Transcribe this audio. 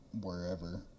wherever